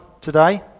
today